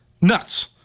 Nuts